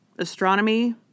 astronomy